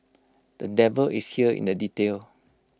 the devil here is in the detail